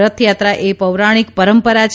રથયાત્રાએ પોરાણિક પરંપરા છે